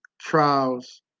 trials